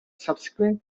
subsequent